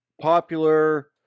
popular